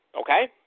Okay